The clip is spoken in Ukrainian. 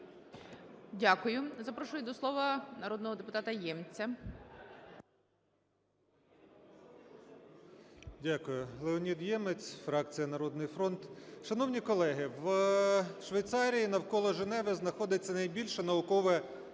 Дякую. Запрошую до слова народного депутата Ємця. 16:40:21 ЄМЕЦЬ Л.О. Дякую. Леонід Ємець, фракція "Народний фронт". Шановні колеги, в Швейцарії навколо Женеви знаходиться найбільше наукове досягнення